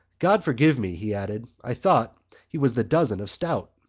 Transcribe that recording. god forgive me, he added, i thought he was the dozen of stout.